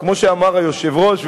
כמו שאמר היושב-ראש,